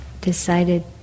decided